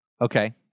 Okay